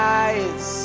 eyes